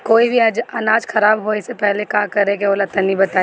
कोई भी अनाज खराब होए से पहले का करेके होला तनी बताई?